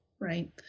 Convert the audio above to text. right